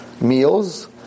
meals